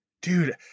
dude